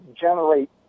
generate